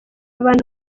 abantu